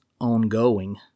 ongoing